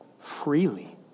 freely